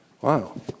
Wow